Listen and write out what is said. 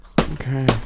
okay